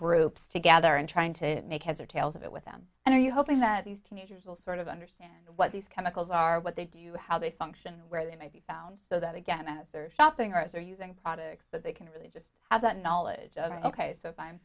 groups together and trying to make heads or tails of it with them and are you hoping that these teenagers will sort of understand what these chemicals are what they do you how they function where they may be found so that again as they're shopping or as they're using products that they can really just have that knowledge of ok so i